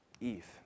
Eve